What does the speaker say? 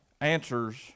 answers